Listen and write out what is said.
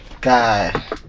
guy